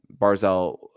Barzell